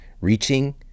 reaching